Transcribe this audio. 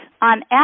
on